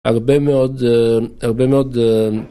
הרבה מאוד